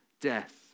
death